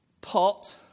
Pot